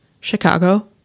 Chicago